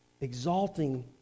Exalting